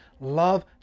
love